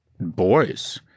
boys